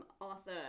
Arthur